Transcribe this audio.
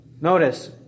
Notice